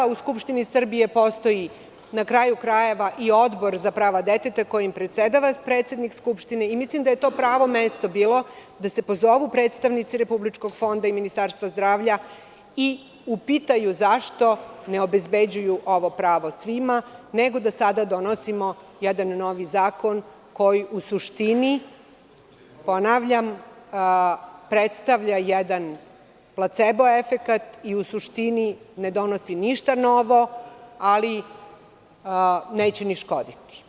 U Skupštini Srbije postoji i Odbor za prava deteta, kojim predsedava predsednik Skupštine i mislim da je to bilo pravo mesto da se pozovu predstavnici Republičkog fonda i Ministarstva zdravlja i upitaju zašto ne obezbeđuju ovo pravo svima, nego da sada donosimo jedan novi zakon koji u suštini, ponavljam, predstavlja jedan placebo efekat i u suštini ne donosi ništa novo, ali neće ni škoditi.